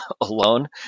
alone